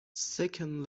second